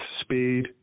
speed